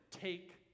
Take